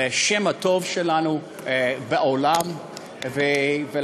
לשם הטוב שלנו בעולם ולהצלת